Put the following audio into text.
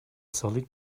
solid